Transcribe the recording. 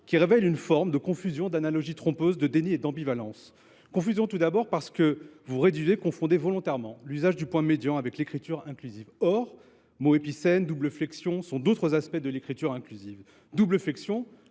révèle une forme de confusion, d’analogie trompeuse, de déni et d’ambivalence. Confusion, tout d’abord, parce que vous réduisez et confondez volontairement l’usage du point médian avec l’écriture inclusive. Or les mots épicènes ou la double flexion sont d’autres aspects de l’écriture inclusive. Au sujet